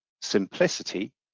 simplicity